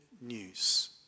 news